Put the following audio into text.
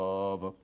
Love